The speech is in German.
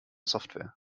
software